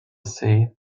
see